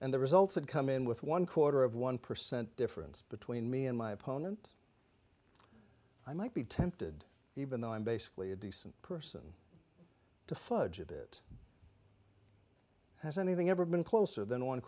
and the results had come in with one quarter of one percent difference between me and my opponent i might be tempted even though i'm basically a decent person to fudge a bit has anything ever been closer than one